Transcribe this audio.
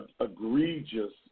egregious